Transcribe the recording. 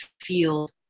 field